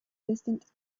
distant